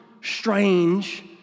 strange